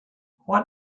what